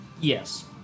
Yes